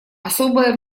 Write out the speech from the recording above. особое